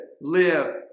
live